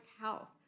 health